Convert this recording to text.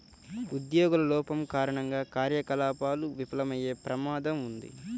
ఉద్యోగుల లోపం కారణంగా కార్యకలాపాలు విఫలమయ్యే ప్రమాదం ఉంది